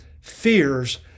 fears